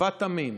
אחוות עמים,